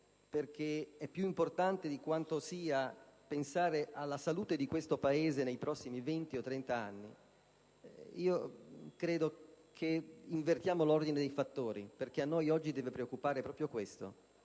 perché è più importante di quanto sia pensare alla salute del Paese nei prossimi venti o trent'anni, credo che invertiamo l'ordine dei fattori, perché a noi oggi deve preoccupare proprio questo.